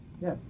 Yes